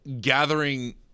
gathering